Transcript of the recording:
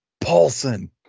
Paulson